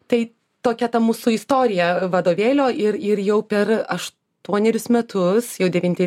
tai tokia ta mūsų istorija vadovėlio ir ir jau per aštuonerius metus jau devinti